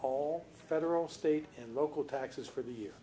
all federal state and local taxes for the year